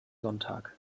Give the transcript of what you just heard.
sonntag